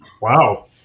wow